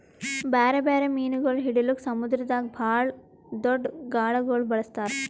ಬ್ಯಾರೆ ಬ್ಯಾರೆ ಮೀನುಗೊಳ್ ಹಿಡಿಲುಕ್ ಸಮುದ್ರದಾಗ್ ಭಾಳ್ ದೊಡ್ದು ಗಾಳಗೊಳ್ ಬಳಸ್ತಾರ್